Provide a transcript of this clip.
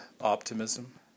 optimism